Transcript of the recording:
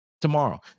tomorrow